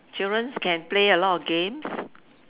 children can play a lot of games